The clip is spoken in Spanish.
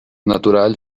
natural